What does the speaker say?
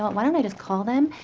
why don't i just call them,